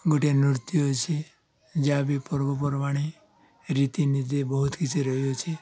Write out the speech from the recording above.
ଗୋଟିଏ ନୃତ୍ୟ ଅଛି ଯାହା ବିି ପର୍ବପର୍ବାଣି ରୀତିନୀତି ବହୁତ କିଛି ରହିଅଛି